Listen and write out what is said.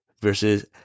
versus